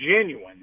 genuine